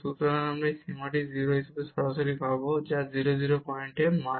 সুতরাং আমরা এই সীমাটি 0 হিসাবে সরাসরি পাব যা 0 0 পয়েন্টে ফাংশন মান